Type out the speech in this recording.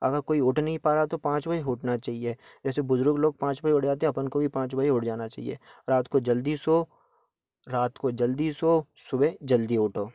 अगर कोई उठ नहीं पा रहा है तो पाँच बजे उठना चाहिए जैसे बुज़ुर्ग लोग पाँच बजे उठ जाते हैं अपन को भी पाँच बजे उठ जाना चाहिए रात को जल्दी सोओ रात को जल्दी सोओ सुबह जल्दी उठो